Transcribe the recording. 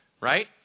Right